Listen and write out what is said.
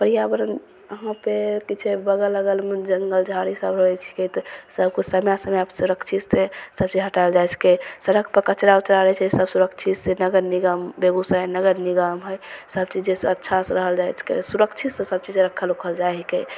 पर्यावरण वहाँ पर की छै बगल अगल मे जङ्गल झाड़ ईसब रहय छिकै तऽ सबकिछु समय समय पर सुरक्षितसँ सबचीज हटायल जाइ छिकै सड़क पर कचड़ा उचरा रहय छै सब सुरक्षितसँ नगर निगम बेगूसराय नगर निगम है सबचीजे अच्छा से रहल जाइ छिकै सुरक्षित से सबचीजे रखल उखल जाइ हिकै